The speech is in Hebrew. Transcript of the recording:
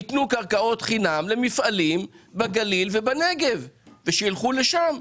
תנו קרקעות חינם למפעלים בגליל ובנגב ושילכו לשם.